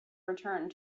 returned